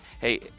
Hey